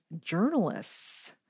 journalists